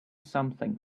something